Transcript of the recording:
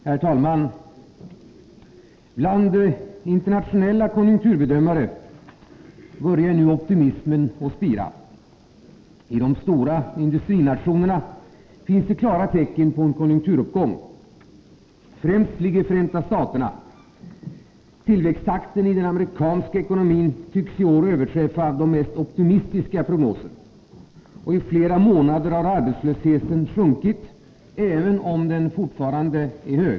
Herr talman! Bland internationella konjunkturbedömare börjar nu optimismen åter spira. I de stora industrinationerna finns det klara tecken på en konjunkturuppgång. Främst ligger Förenta staterna. Tillväxttakten i den amerikanska ekonomin tycks i år överträffa de mest optimistiska prognoserna. I flera månader har arbetslösheten varit sjunkande, även om den fortfarande är hög.